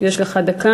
יש לך דקה.